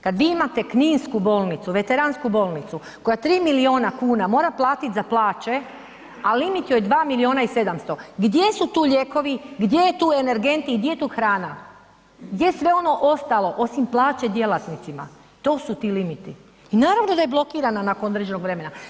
Kad vi imate kninsku bolnicu, veteransku bolnicu, koja 3 milijuna kuna mora platit za plaće, a limit joj je 2 milijuna i 700, gdje su tu lijekovi, gdje je tu energent i gdje je tu hrana, gdje je sve ono ostalo osim plaće djelatnicima, to su ti limiti i naravno da je blokirana nakon određenog vremena.